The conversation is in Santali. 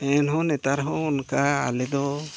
ᱮᱱ ᱦᱚᱸ ᱱᱮᱛᱟᱨ ᱦᱚᱸ ᱚᱱᱠᱟ ᱟᱞᱮ ᱫᱚ